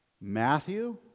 Matthew